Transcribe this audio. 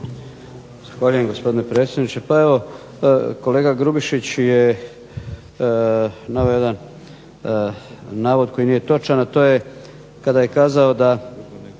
Zahvaljujem, gospodine predsjedniče. Pa evo, kolega Grubišić je naveo jedan navod koji nije točan, a to je kada je kazao da